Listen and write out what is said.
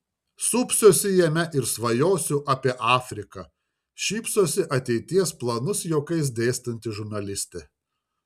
supsiuosi jame ir svajosiu apie afriką šypsosi ateities planus juokais dėstanti žurnalistė